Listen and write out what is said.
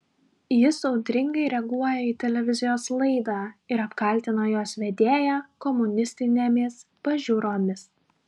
jis audringai reaguoja į televizijos laidą ir apkaltina jos vedėją komunistinėmis pažiūromis